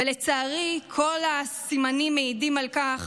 ולצערי, כל הסימנים מעידים על כך